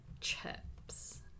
chips